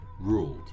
ruled